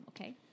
okay